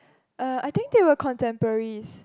uh I think they were contemporaries